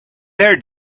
their